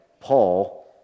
Paul